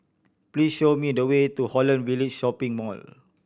please show me the way to Holland Village Shopping Mall